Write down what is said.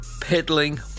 peddling